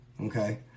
okay